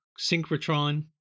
synchrotron